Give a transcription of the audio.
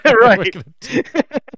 right